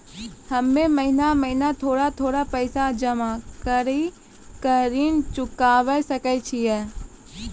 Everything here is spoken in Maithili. हम्मे महीना महीना थोड़ा थोड़ा पैसा जमा कड़ी के ऋण चुकाबै सकय छियै?